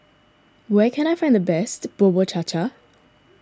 where can I find the best Bubur Cha Cha